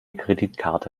kreditkarte